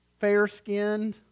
fair-skinned